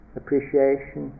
appreciation